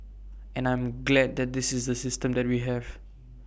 and I'm glad that this is the system that we have